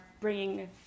bringing